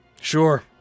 Sure